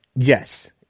Yes